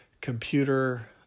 computer